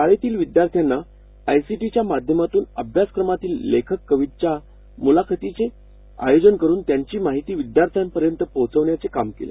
शाळेतील विद्यार्थ्यांना आयसीटीच्या माध्यमातून अभ्यासक्रमातील लेखक कवींच्या मुलाखतींचे आयोजन करून त्यांची माहिती विद्यार्थ्यांपर्यंत पोहोचवण्याचे काम केले